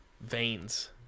veins